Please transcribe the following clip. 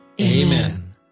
Amen